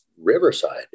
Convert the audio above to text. Riverside